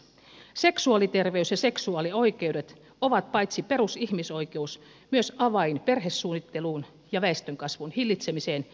seksuaaliterveys ja seksuaalioikeudet ovat paitsi perusihmisoikeus myös avain perhesuunnitteluun ja väestönkasvun hillitsemiseen